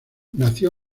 nació